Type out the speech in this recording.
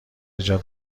جات